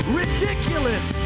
ridiculous